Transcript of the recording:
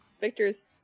Victor's